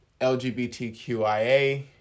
LGBTQIA